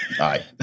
aye